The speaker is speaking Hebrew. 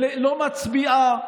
לא מצביעה,